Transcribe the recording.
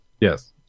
yes